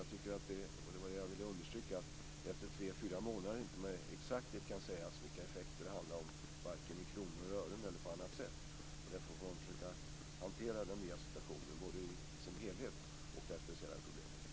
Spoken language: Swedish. Det var det jag ville understryka, dvs. att det efter tre fyra månader inte kan sägas exakt vilka effekter det handlar om, varken i kronor och ören eller på annat sätt. Därför får man försöka hantera den nya situationen i dess helhet och det här speciella problemet.